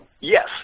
Yes